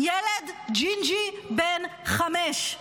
ילד ג'ינג'י בן חמש.